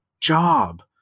job